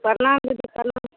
प्रणाम